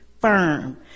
firm